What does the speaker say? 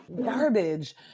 garbage